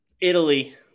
Italy